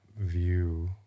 view